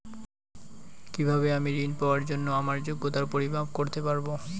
কিভাবে আমি ঋন পাওয়ার জন্য আমার যোগ্যতার পরিমাপ করতে পারব?